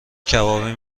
کبابی